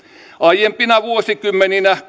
aiempina vuosikymmeninä